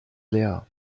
leer